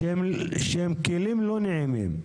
-- שהם כלים לא נעימים ומתי.